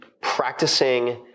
practicing